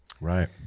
Right